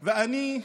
ואני,